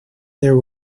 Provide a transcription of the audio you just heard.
there